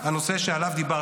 עכשיו לגבי הנושא שדיברת עליו,